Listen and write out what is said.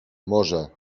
może